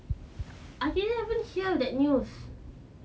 I didn't even hear that news